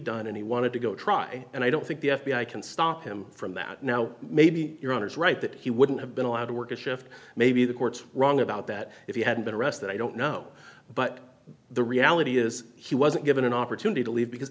done and he wanted to go try and i don't think the f b i can stop him from that now maybe your honour's right that he wouldn't have been allowed to work a shift maybe the courts wrong about that if you hadn't been arrested i don't know but the reality is he wasn't given an opportunity to leave because